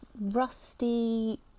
rusty